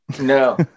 No